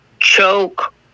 choke